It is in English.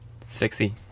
Sexy